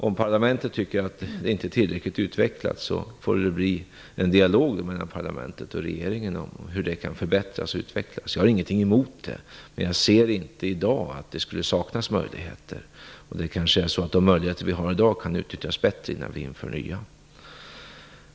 Om riksdagen inte tycker att dessa möjligheter är tillräckligt utvecklade, får det väl bli en dialog mellan riksdagen och regeringen om hur de kan förbättras. Jag har ingenting emot det, men jag ser inte i dag att det skulle saknas möjligheter. Kanske kan de möjligheter som vi i dag har utnyttjas bättre innan vi behöver införa nya.